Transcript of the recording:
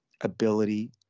ability